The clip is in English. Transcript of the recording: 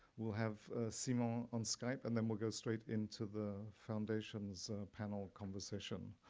we'll have simon on skype and then we'll go straight into the foundation's panel conversation.